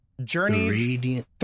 Journeys